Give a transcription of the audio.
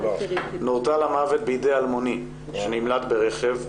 נורתה למוות בידי אלמוני שנמלט ברכב.